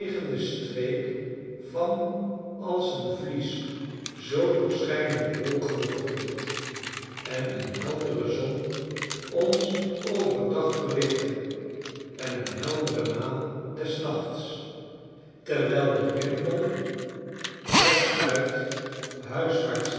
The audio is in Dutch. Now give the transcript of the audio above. streek van als een vlies zoo doorschijnende wolken bevonden en een heldere zon ons over dag verlichtte en een heldere maan des nachts terwijl de wimpel rechtuit huiswaarts